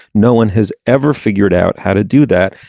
no one has ever figured out how to do that.